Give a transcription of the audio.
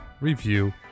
review